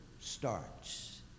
starts